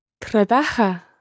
Trabaja